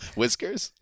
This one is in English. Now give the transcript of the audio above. whiskers